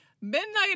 midnight